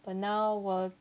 but now wor~